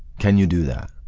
can you do that?